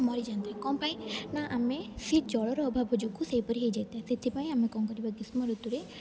ମରିଯାଆନ୍ତି କ'ଣ ପାଇଁ ନା ଆମେ ସେ ଜଳର ଅଭାବ ଯୋଗୁଁ ସେହିପରି ହେଇଯାଇ ଥାଏ ସେଥିପାଇଁ ଆମେ କ'ଣ କରିବା ଗ୍ରୀଷ୍ମ ଋତୁରେ